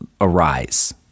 arise